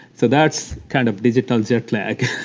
so that's kind of digital jet lag